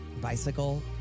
Bicycle